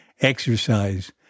exercise